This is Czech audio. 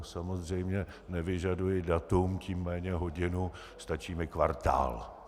Samozřejmě nevyžaduji datum, tím méně hodinu, stačí mi kvartál.